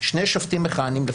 לפחות שני שופטים מכהנים.